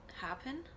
happen